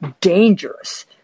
dangerous